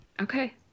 okay